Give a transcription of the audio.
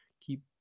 keep